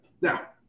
Now